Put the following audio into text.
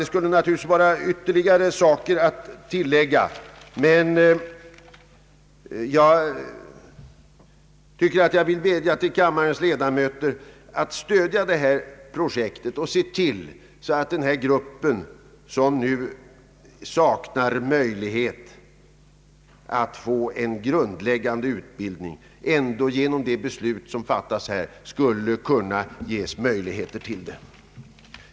Det finns naturligtvis åtskilligt att tillägga, men jag vill nöja mig med att vädja till kammarens ledamöter att stödja det här projektet, så att den grupp jag talat om genom dagens beslut ges möjlighet till den grundläggande utbildning som dessa ungdomar för närvarande inte kan få.